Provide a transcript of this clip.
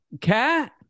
Cat